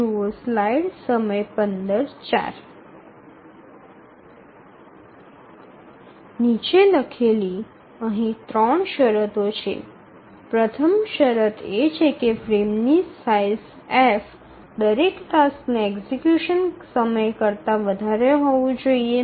નીચે લખેલી અહીં 3 શરતો છે પ્રથમ શરત એ છે કે ફ્રેમની સાઇઝ F દરેક ટાસ્કના એક્ઝિકયુશન સમય કરતા વધારે હોવું જોઈએ